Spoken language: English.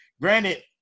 Granted